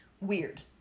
weird